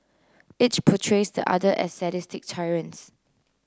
each portrays the other as sadistic tyrants